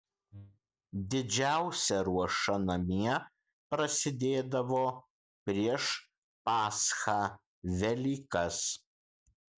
didžiausia ruoša namie prasidėdavo prieš paschą velykas